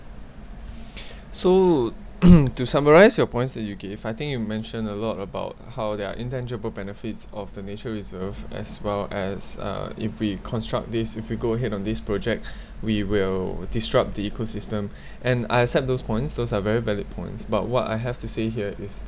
so to summarise your points that you gave you I think you mentioned a lot about how there are intangible benefits of the nature reserve as well as uh if we construct this if we go ahead on this project we will disrupt the eco system and I accept those points those are very valid points but what I have to say here is